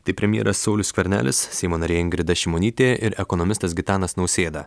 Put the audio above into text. tai premjeras saulius skvernelis seimo narė ingrida šimonytė ir ekonomistas gitanas nausėda